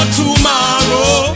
tomorrow